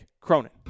Cronin